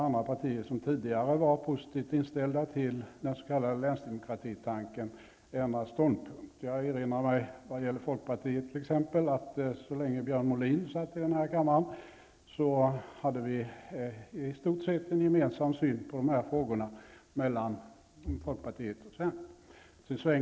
Andra partier, som tidigare varit positivt inställda till den s.k. länsdemokratitanken, har ändrat ståndpunkt. Jag erinrar mig vad gäller folkpartiet t.ex. att så länge Björn Molin satt här i kammaren hade vi i stort sett en gemensam syn på dessa frågor mellan folkpartiet och centern.